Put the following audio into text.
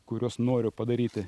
kuriuos noriu padaryti